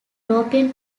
european